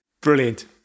brilliant